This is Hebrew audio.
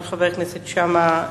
של חבר הכנסת שאמה,